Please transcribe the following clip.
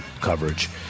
coverage